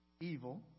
evil